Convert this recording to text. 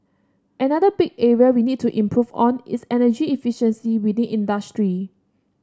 another big area we need to improve on is energy efficiency within industry